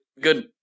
good